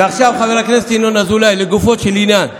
ועכשיו, חבר הכנסת ינון אזולאי, לגופו של עניין.